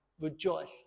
rejoice